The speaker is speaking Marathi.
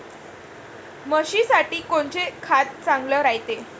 म्हशीसाठी कोनचे खाद्य चांगलं रायते?